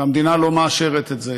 והמדינה לא מאשרת את זה.